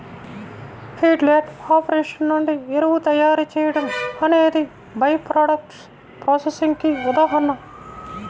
feedlot operation నుండి ఎరువు తయారీ చేయడం అనేది బై ప్రాడక్ట్స్ ప్రాసెసింగ్ కి ఉదాహరణ